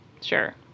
Sure